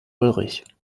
ulrich